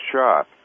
shot